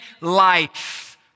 life